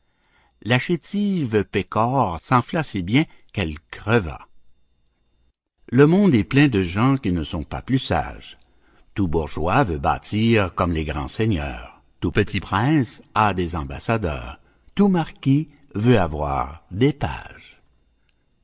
la chétive pécore s'enfla si bien qu'elle creva le monde est plein de gens qui ne sont pas plus sages tout bourgeois veut bâtir comme les grands seigneurs tout petit prince a des ambassadeurs tout marquis veut avoir des pages